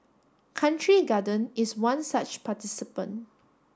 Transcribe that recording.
Country Garden is one such participant